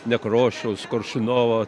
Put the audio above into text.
nekrošiaus koršunovo